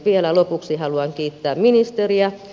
vielä lopuksi haluan kiittää ministeriä